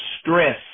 stress